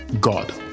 God